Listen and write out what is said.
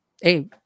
hey